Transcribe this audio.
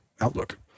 outlook